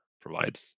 provides